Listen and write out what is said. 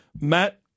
Matt